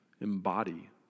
embody